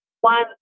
one